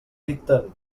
dicten